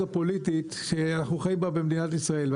הפוליטית שאנחנו חיים בה במדינת ישראל.